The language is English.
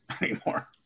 anymore